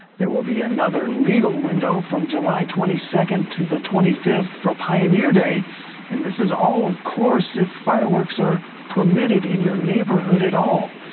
there will be another legal window from july twenty second to twenty fifth for pioneer day and this is all of course if fireworks or permitted in your neighborhood at all.